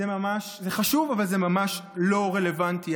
זה חשוב אבל זה ממש לא רלוונטי.